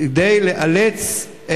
כדי לאלץ,